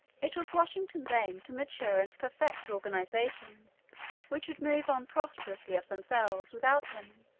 it was washington's aim to mature and perfect organizations which would move on prosperously of themselves, without him